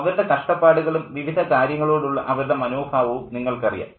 അവരുടെ കഷ്ടപ്പാടുകളും വിവിധ കാര്യങ്ങളോടുള്ള അവരുടെ മനോഭാവവും നിങ്ങൾക്കറിയാം